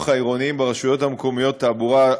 העירוניים ברשויות המקומיות (תעבורה),